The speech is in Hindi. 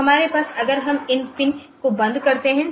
तो हमारे पास अगर हम इस पिन को बंद करते हैं